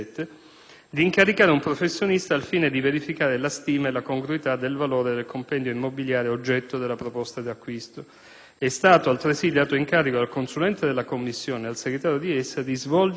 di incaricare un professionista al fine di verificare la stima e la congruità del valore del compendio immobiliare oggetto della proposta di acquisto. È stato, altresì, dato incarico al consulente della commissione ed al segretario di essa di svolgere